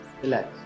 relax